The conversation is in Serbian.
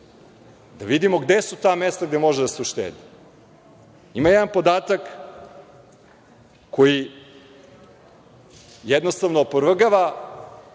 da vidimo gde su ta mesta gde može da se uštedi. Ima jedan podatak koji jednostavno opovrgava